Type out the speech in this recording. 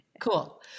Cool